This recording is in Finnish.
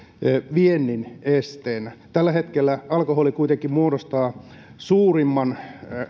viennin esteenä tällä hetkellä alkoholi kuitenkin muodostaa suurimman